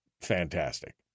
fantastic